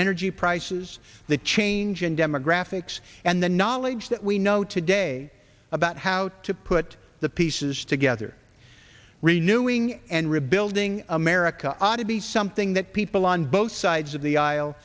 energy prices the changing demographics and the knowledge that we know today about how to put the pieces together renewing and rebuilding america ought to be something that people on both sides of the aisle